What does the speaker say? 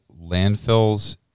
landfills